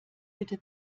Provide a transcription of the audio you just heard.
bitte